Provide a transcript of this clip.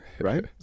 Right